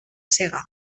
sega